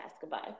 Goodbye